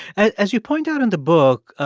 as you point out in the book,